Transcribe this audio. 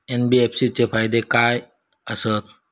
NBFC चे फायदे खाय आसत?